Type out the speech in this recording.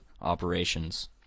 operations